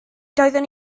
doeddwn